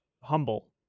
humble